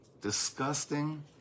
disgusting